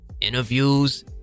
Interviews